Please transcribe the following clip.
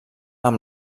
amb